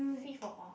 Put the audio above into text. free for all